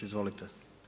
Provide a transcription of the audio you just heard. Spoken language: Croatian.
Izvolite.